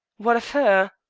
what of her?